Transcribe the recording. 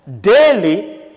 daily